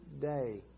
day